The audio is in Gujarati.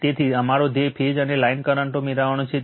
તેથી અમારો ધ્યેય ફેઝ અને લાઇન કરંટો મેળવવાનો છે